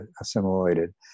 assimilated